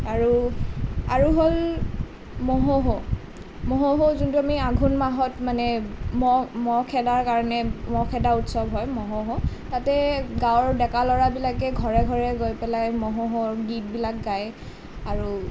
আৰু আৰু হ'ল মহহো মহহো যোনটো আমি আঘোণ মাহত মানে মহ মহ খেদাৰ কাৰণে মহ খেদা উৎসৱ হয় মহহো তাতে গাঁৱৰ ডেকা ল'ৰাবিলাকে ঘৰে ঘৰে গৈ পেলাই মহহো গীতবিলাক গায় আৰু